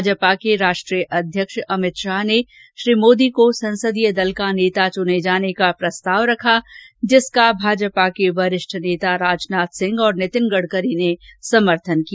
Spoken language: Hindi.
भाजपा के राष्ट्रीय अध्यक्ष अमित शाह ने श्री मोदी को संसदीय दल का नेता चुने जाने का प्रस्ताव रखा जिसका भाजपा के वरिष्ठ नेता राजनाथ सिंह और नितिन गडकरी ने समर्थन किया